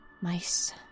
Mice